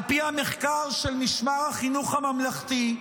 על פי המחקר של משמר החינוך הממלכתי,